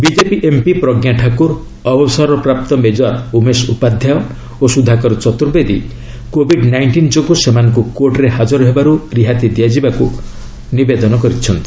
BJP MP Pragya Thakur ଅବସରପ୍ରାପ୍ତ major Umesh Upadhyay ଓ Sudhakar Chaturvedi Covid nineteen ଯୋଗୁଁ ସେମାନଙ୍କୁ କୋର୍ଟ୍ରେ ହାଜର ହେବାରୁ ରିହାତି ଦିଆଯିବାକୁ ଆବେଦନ କରିଛନ୍ତି